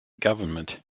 government